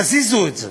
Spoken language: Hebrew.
תזיזו את זה.